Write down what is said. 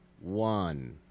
one